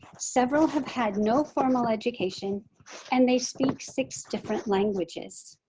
several have had no formal education and they speak six different languages.